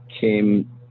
came